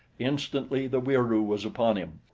instantly the wieroo was upon him.